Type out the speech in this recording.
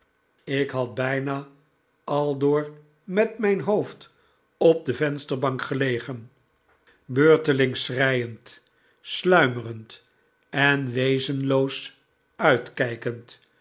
ik had bijna aldoor met mijn hoofd op de vensterbank gevangenschap gelegen beurtelings schreiend sluimerend en wezenloos uitkijkend